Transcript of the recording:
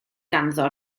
ganddo